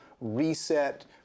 reset